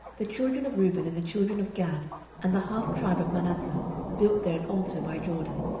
the children of reuben and the children of gad and the half tribe of manasseh built there an altar by jordan,